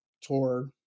tour